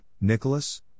Nicholas